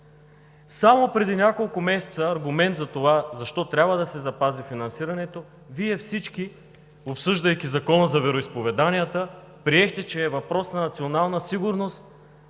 Само преди няколко месеца като аргумент за това защо трябва да се запази финансирането, всички Вие, обсъждайки Закона за вероизповеданията, приехте, че е въпрос на национална сигурност